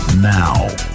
Now